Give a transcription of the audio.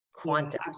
Quantum